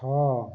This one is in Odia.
ଛଅ